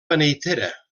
beneitera